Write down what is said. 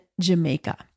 Jamaica